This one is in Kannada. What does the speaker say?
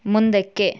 ಮುಂದಕ್ಕೆ